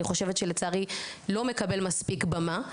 אני חושבת שלצערי לא מקבל מספיק במה,